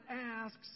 asks